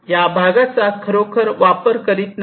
या भागाचा खरोखर वापर करीत नाही